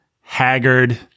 haggard